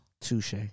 Touche